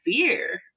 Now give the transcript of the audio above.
beer